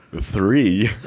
three